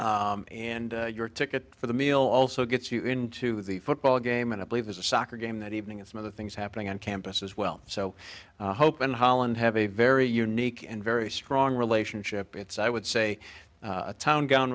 and your ticket for the meal also gets you into the football game and i believe there's a soccer game that evening and some other things happening on campus as well so hope and holland have a very unique and very strong relationship it's i would say a town gown